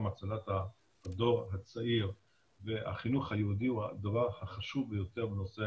הצלת הדור הצעיר והחינוך היהודי הוא הדבר החשוב ביותר בנושא